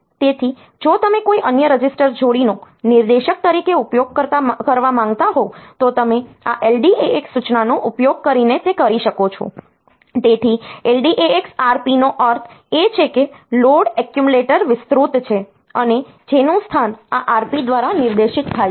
તેથી જો તમે કોઈ અન્ય રજિસ્ટર જોડીનો નિર્દેશક તરીકે ઉપયોગ કરવા માંગતા હોવ તો તમે આ LDAX સૂચનાનો ઉપયોગ કરીને તે કરી શકો છો તેથી LDAX Rp નો અર્થ એ છે કે લોડ એક્યુમ્યુલેટર વિસ્તૃત છે અને જેનું સ્થાન આ Rp દ્વારા નિર્દેશિત છે